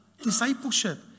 discipleship